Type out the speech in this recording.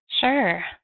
Sure